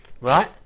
Right